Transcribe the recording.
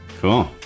Cool